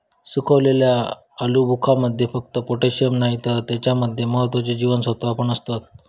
सुखवलेल्या आलुबुखारमध्ये फक्त पोटॅशिअम नाही तर त्याच्या मध्ये महत्त्वाची जीवनसत्त्वा पण असतत